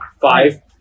five